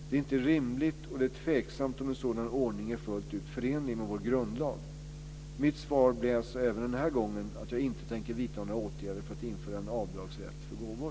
Det är inte rimligt och det är tveksamt om en sådan ordning är fullt ut förenlig med vår grundlag. Mitt svar blir alltså även denna gång att jag inte tänker vidta några åtgärder för att införa en avdragsrätt för gåvor.